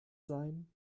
sein